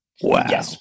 Wow